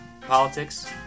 politics